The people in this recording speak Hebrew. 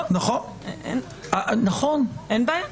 אין בעיה.